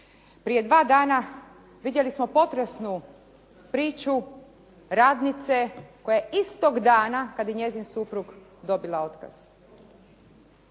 Prije dva dana vidjeli smo potresnu priču radnice koja je istog dana kada i njezin suprug dobila otkaz.